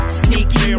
sneaky